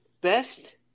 best